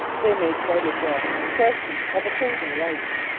they may quite as well be questions of opposing rights.